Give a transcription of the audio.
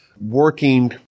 working